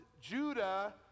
Judah